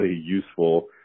useful